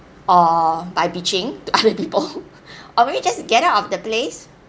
or by bitching to other people or maybe just get out of the place